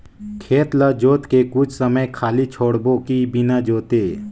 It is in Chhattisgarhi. खेत ल जोत के कुछ समय खाली छोड़बो कि बिना जोते?